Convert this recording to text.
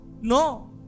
No